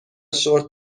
شرت